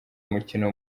mukino